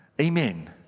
Amen